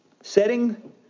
Setting